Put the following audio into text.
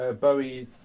Bowie